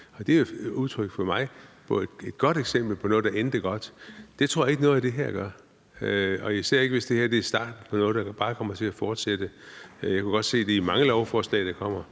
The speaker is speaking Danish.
at se et godt eksempel på noget, der er endt godt, men det tror jeg ikke at noget af det her gør, og især ikke, hvis det bare er starten på noget, der kommer til at fortsætte. Jeg kunne godt se for mig, at det ville komme